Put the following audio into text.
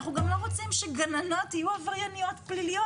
אנחנו גם לא רוצים שגננות יהיו עברייניות פליליות,